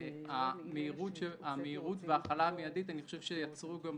אני חושב שהמהירות וההחלה המיידית יצרו גם,